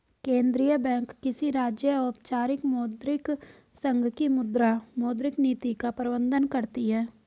केंद्रीय बैंक किसी राज्य, औपचारिक मौद्रिक संघ की मुद्रा, मौद्रिक नीति का प्रबन्धन करती है